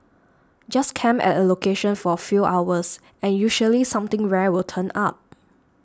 just camp at a location for a few hours and usually something rare will turn up